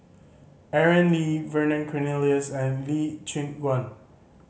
Aaron Lee Vernon Cornelius and Lee Choon Guan